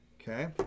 Okay